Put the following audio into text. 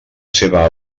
seva